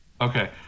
Okay